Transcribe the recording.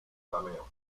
cameo